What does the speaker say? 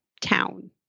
town